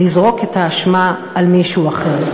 לזרוק את האשמה על מישהו אחר,